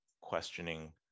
questioning